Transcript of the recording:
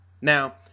Now